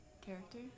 character